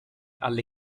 alle